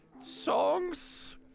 songs